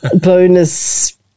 Bonus